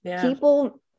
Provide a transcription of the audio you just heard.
People